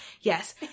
yes